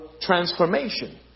transformation